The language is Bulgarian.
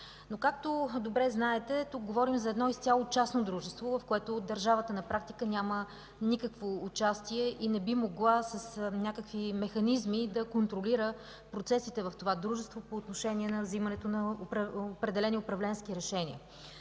Но както добре знаете, тук говорим за едно изцяло частно дружество, в което държавата на практика няма никакво участие и не би могла с някакви механизми да контролира процесите в това дружество по отношение на вземането на определени управленски решения.